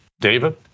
David